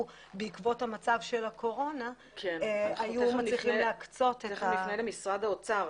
בעקבות המצב של הקורונה היו מצליחים להקצות --- תיכף נפנה למשרד האוצר.